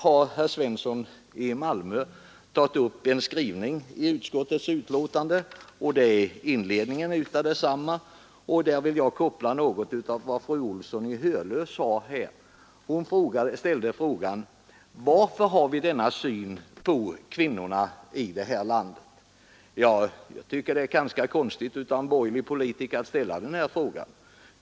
Herr Svensson i Malmö har tagit upp vad utskottet skriver i inledningen till sitt betänkande. Jag vill på den punkten anknyta något till vad fru Olsson i Hölö sade. Hon frågade: Varför har vi denna syn på kvinnorna i det här landet? Jag tycker det är ganska konstigt av en borgerlig politiker att ställa den här frågan.